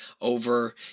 over